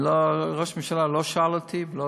ראש הממשלה לא שאל אותי ולא